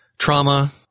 Trauma